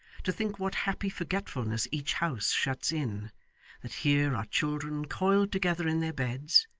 to think what happy forgetfulness each house shuts in that here are children coiled together in their beds,